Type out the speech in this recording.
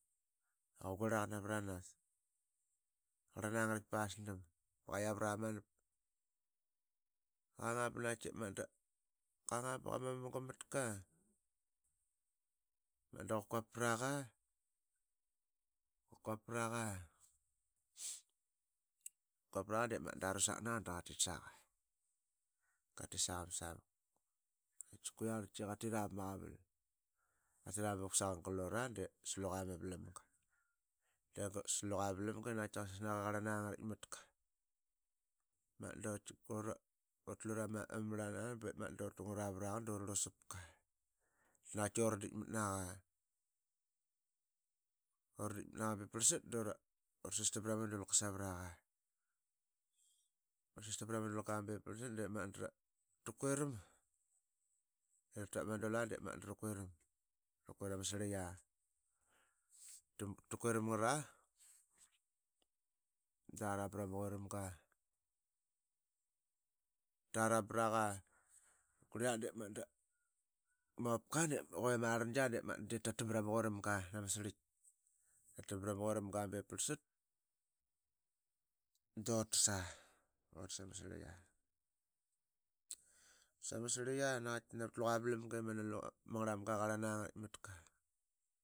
I qa guirla qa navranas. qarlan a ngaraitk pasdam ba qa yarat amanap. Qanga ba naqaitki. qanga qa qamu ama munga matka dep magat da qa quapraqa. quapraqa dep magat da rusak naqa da qatitsaqa. qatitsaqa bsavuk. Qaitas kue qatira vamaqaval qatira ba vukpuk saqa glura de sluqa ama vlamga i naqaiti qasisnaqa i qarlanagaritkmatka. De magat dutlu ramamrlana dep magat dutungra vraqa durlusapka. inaqaiti uraditkmatnaqa. urditkmatnaqa bep prlsat dora sistam prama dulka savraqa. ursistam prama dulka bep prlsat durkuram. Tatap ama dula de magat drakuram ama sirlika. Takuiramgara draram vrama quiramga. taramvraqa da qurlia de magat da ma opka i que ama rlngia da ditatatabat ama quiramga nama sirlik dotsa. Utsama sirlik a navat luqa mavlamga i mani luqa mangrmanga qarlan a ngaritk matka.